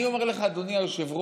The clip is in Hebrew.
אני אומר לך אדוני היושב-ראש,